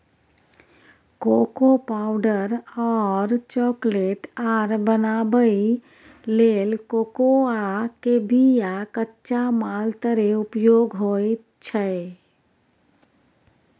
cocoa powder और chocolate आर बनाबइ लेल कोकोआ के बिया कच्चा माल तरे उपयोग होइ छइ